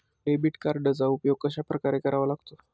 Debit कार्डचा उपयोग कशाप्रकारे करावा लागतो?